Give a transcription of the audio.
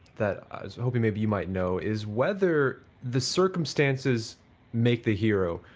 that i was hoping maybe you might know, is whether the circumstances make the hero?